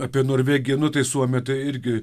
apie norvegiją nu tai suomija tai irgi